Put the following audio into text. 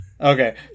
Okay